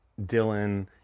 Dylan